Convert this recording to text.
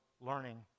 learning